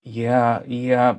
jie jie